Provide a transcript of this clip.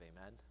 amen